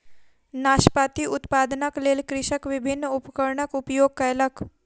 नाशपाती उत्पादनक लेल कृषक विभिन्न उपकरणक उपयोग कयलक